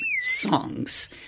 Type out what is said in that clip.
songs